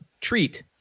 treat